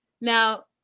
Now